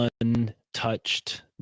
untouched